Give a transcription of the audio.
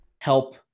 help